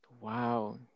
Wow